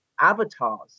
avatars